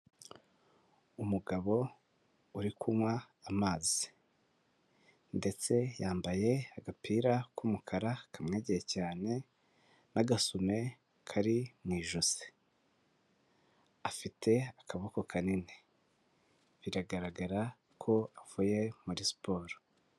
Umugabo uri kunywa amazi, ndetse yambaye agapira k'umukara kamwegeye cyane n'agasume kari mu ijosi, afite akaboko kanini, biragaragara ko avuye muri siporo.